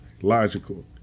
logical